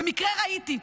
במקרה ראיתי,